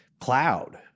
cloud